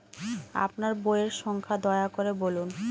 আপনার বইয়ের সংখ্যা দয়া করে বলুন?